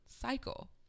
cycle